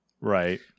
Right